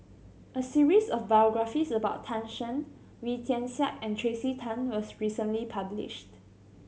a series of biographies about Tan Shen Wee Tian Siak and Tracey Tan was recently published